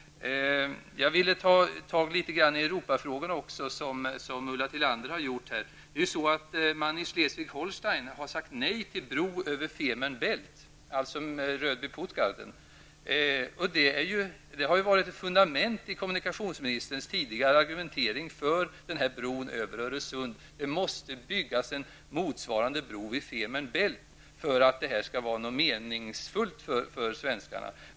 Jag vill ta upp litet grand om Europafrågorna här också, som även Ulla Tillander har gjort. I Schleswig--Holstein har man sagt nej till en bro över Femer Baelt, dvs. Rödby--Puttgarden. Denna har ju varit ett fundament i kommunikationsministerns tidigare argumentering för den här bron över Öresund. Det måste byggas en motsvarande bro vid Femer Baelt för att detta skall vara meningsfullt för svenskarna.